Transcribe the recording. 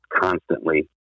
constantly